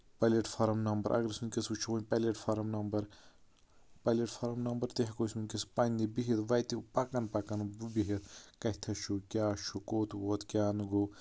plate form number اَگر أسۍ ؤنٛکیٚس وُچھو platform number platform number تہِ ہیکو أسۍ ؤنٛکیٚس پَننہِ بِہتھ وتہِ پَکان پَکان بِہتھ کَتتھس چھُ کیاہ چھُ کوٚت ووت کیاہ نہٕ گوٚو